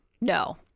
No